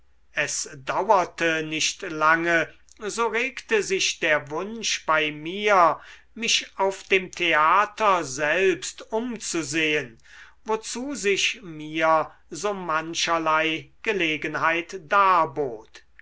es dauerte nicht lange so regte sich der wunsch bei mir mich auf dem theater selbst umzusehen wozu sich mir so mancherlei gelegenheit darbot